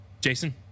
Jason